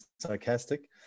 sarcastic